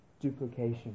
duplication